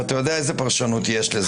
ואתה יודע איזו פרשנות יש לזה.